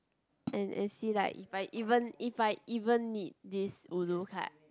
and and see like if I even if I even need this ulu card